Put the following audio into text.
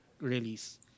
release